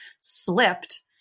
slipped